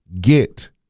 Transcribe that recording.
get